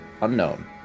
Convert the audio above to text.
unknown